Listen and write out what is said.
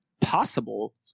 possible